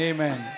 Amen